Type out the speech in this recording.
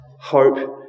hope